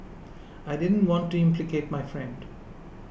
I didn't want to implicate my friend